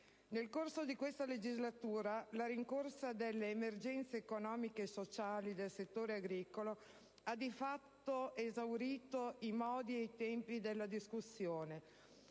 Nel corso di questa legislatura, la rincorsa delle emergenze economiche e sociali del settore agricolo ha esaurito i modi e i tempi della discussione,